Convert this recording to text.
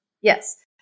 Yes